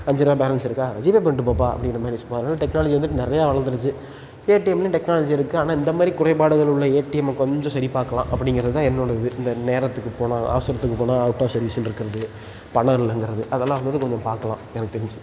அஞ்சு ரூபா பேலன்ஸ் இருக்கா ஜிபே பண்ணிட்டு போப்பா அப்படிங்கிற மாதிரி ஸோ அதனால் டெக்னாலஜி வந்துட்டு நிறையா வளர்ந்துடுச்சு ஏடிஎம்லேயும் டெக்னாலஜி இருக்குது ஆனால் இந்த மாதிரி குறைபாடுகள் உள்ள ஏடிஎம்மை கொஞ்சம் சரி பார்க்கலாம் அப்படிங்கிறது தான் என்னோடய இது இந்த நேரத்துக்குப் போனால் அவசரத்துக்குப் போனால் அவுட் ஆஃப் சர்வீஸுன்ருக்கிறது பணம் இல்லைங்கிறது அதெல்லாம் வந்துட்டு கொஞ்சம் பார்க்கலாம் எனக்கு தெரிஞ்சு